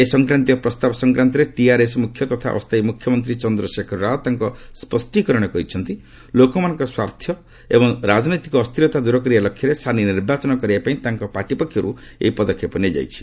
ଏ ସଂକ୍ରାନ୍ତୀୟ ପ୍ରସ୍ତାବ ସଂକ୍ରାନ୍ତରେ ଟିଆର୍ଏସ୍ ମୁଖ୍ୟ ତଥା ଅସ୍ଥାୟୀ ମୁଖ୍ୟମନ୍ତ୍ରୀ ଚନ୍ଦ୍ରଶେଖର ରାଓ ତାଙ୍କ ସ୍ୱଷ୍ଟି କରଣରେ କହିଛନ୍ତି ଲୋକମାନଙ୍କର ସ୍ୱାର୍ଥ ଏବଂ ରାଜନୈତିକ ଅସ୍ଥିରତା ଦୂର କରିବା ଲକ୍ଷ୍ୟରେ ସାନି ନିର୍ବାଚନ କରାଇବା ପାଇଁ ତାଙ୍କ ପାର୍ଟି ପକ୍ଷରୁ ଏହି ପଦକ୍ଷେପ ନିଆଯାଇଛି